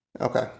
Okay